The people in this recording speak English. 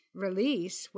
Release